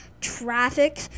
traffic